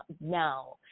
now